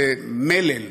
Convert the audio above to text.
זה מלל,